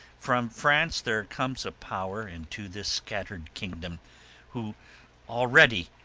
from france there comes a power into this scatter'd kingdom who already,